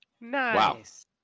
Nice